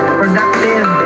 productive